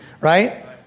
right